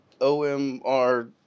OMR